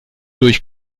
durch